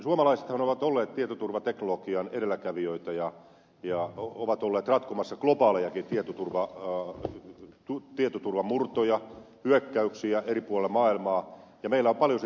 suomalaisethan ovat olleet tietoturvateknologian edelläkävijöitä ja ovat olleet ratkomassa globaalejakin tietoturvamurtoja hyökkäyksiä eri puolilla maailmaa ja meillä on paljon sitä osaamista